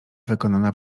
wykonana